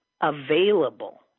available